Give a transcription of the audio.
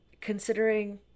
considering